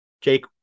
Jake